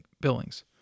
Billings